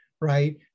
right